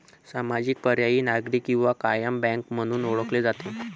सामाजिक, पर्यायी, नागरी किंवा कायम बँक म्हणून ओळखले जाते